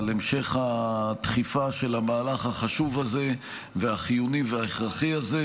על המשך הדחיפה של המהלך החשוב הזה והחיוני וההכרחי הזה,